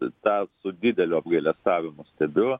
tą su dideliu apgailestavimu stebiu